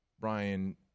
Brian